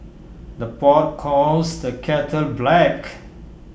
the pot calls the kettle black